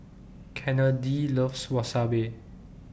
Kennedy loves Wasabi